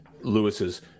lewis's